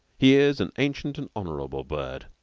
he is an ancient and honorable bird.